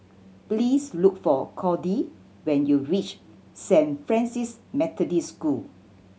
please look for Kody when you reach Saint Francis Methodist School